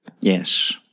Yes